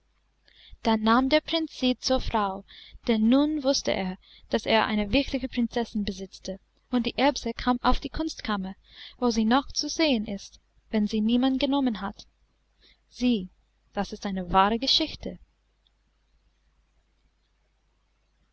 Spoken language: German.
da nahm der prinz sie zur frau denn nun wußte er daß er eine wirkliche prinzessin besitze und die erbse kam auf die kunstkammer wo sie noch zu sehen ist wenn sie niemand genommen hat sieh das ist eine wahre geschichte